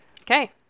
Okay